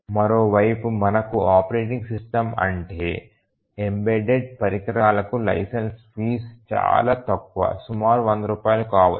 మరోవైపు మనకు operating system ఉంటే ఎంబెడెడ్ పరికరాలకు లైసెన్స్ ఫీజు చాలా తక్కువ సుమారు 100 రూపాయలు కావచ్చు